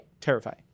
Terrifying